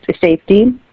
safety